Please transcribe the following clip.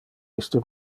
iste